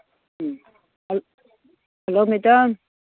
um hello madam